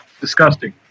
Disgusting